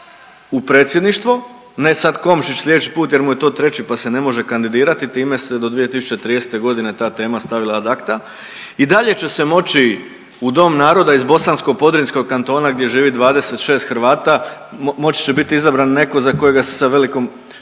u predsjedništvo, ne sad Komošić slijedeći put jer mu je to 3, pa se ne može kandidirati, time se do 2030.g. ta tema stavila ad acta i dalje će se moći u Dom naroda iz Bosansko-podrinjskog kantona gdje živi 26 Hrvata, moći će bit izabran neko za kojega se sa velikom,